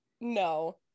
no